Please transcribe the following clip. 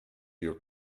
your